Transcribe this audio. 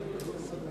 אדוני היושב-ראש,